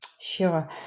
Sure